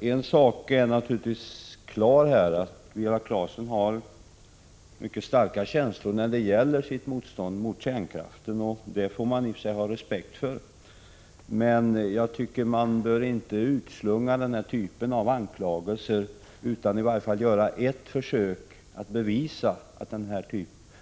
En sak är naturligtvis klar, och det är att Viola Claesson har mycket starka känslor när det gäller motståndet mot kärnkraften, och det får man i och för sig ha respekt för. Men man bör inte utslunga den sortens anklagelser utan att i varje fall göra ett försök att bevisa